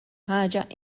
ħaġa